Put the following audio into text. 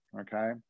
okay